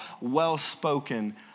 well-spoken